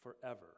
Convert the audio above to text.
forever